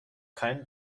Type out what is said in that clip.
keinen